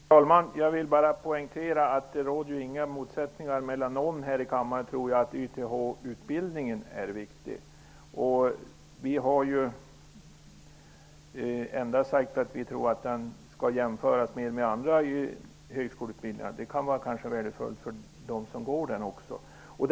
Herr talman! Jag vill bara poängtera att det inte råder några delade meningar här om att YTH utbildningen är viktig. Vi har sagt att den skall jämföras med andra högskoleutbildningar. Det kanske kan vara värdefullt för dem som får den utbildningen.